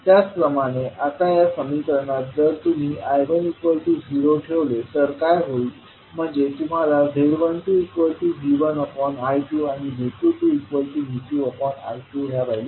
त्याचप्रमाणे आता या समीकरणात जर तुम्ही I10 ठेवले तर काय होईल म्हणजे तुम्हाला z12V1I2 आणि z22V2I2 ह्या व्हॅल्यू मिळतील